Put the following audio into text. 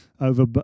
over